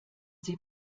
sie